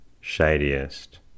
shadiest